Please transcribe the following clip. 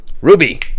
Ruby